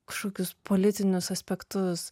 kažkokius politinius aspektus